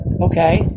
Okay